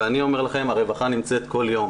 ואני אומר לכם: הרווחה נמצאת כל יום,